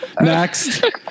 next